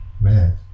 Man